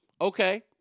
Okay